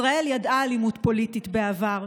ישראל ידעה אלימות פוליטית בעבר,